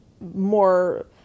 more